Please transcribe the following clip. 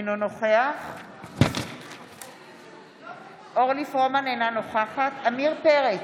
אינו נוכח אורלי פרומן, אינה נוכחת עמיר פרץ,